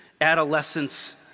adolescence